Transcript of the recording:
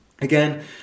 Again